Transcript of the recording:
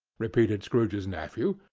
repeated scrooge's nephew.